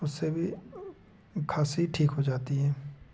उससे भी खाँसी ठीक हो जाती है